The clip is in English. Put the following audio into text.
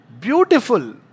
beautiful